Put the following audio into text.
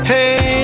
Hey